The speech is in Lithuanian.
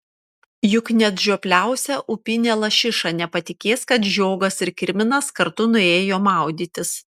juk net žiopliausia upinė lašiša nepatikės kad žiogas ir kirminas kartu nuėjo maudytis